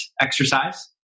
exercise